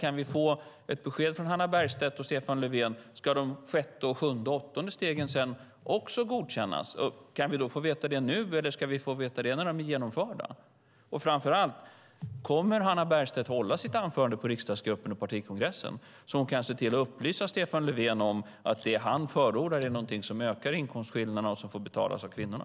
Kan vi få ett besked från Hannah Bergstedt och Stefan Löfven: Ska de sjätte, sjunde och åttonde stegen sedan också godkännas? Kan vi då få veta det nu, eller ska vi få veta det när de är genomförda? Och framför allt: Kommer Hannah Bergstedt att hålla sitt anförande på riksdagsgruppen och partikongressen så att hon kan se till att upplysa Stefan Löfven om att det han förordar är någonting som ökar inkomstskillnaderna och som får betalas av kvinnorna?